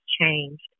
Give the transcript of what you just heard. changed